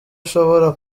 ushobora